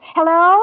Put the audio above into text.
Hello